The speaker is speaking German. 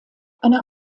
eine